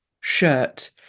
shirt